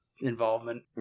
involvement